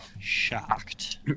shocked